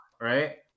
Right